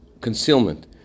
concealment